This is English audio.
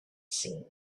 seen